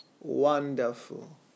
Wonderful